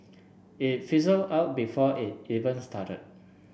it fizzle out before it even started